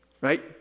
right